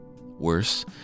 Worse